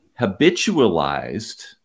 habitualized